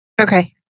Okay